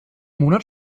monat